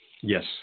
Yes